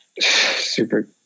super